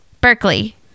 Berkeley